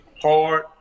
hard